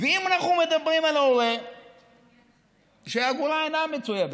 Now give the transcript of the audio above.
ואם אנחנו מדברים על הורה שהאגורה אינה מצויה בכיסו,